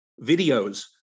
videos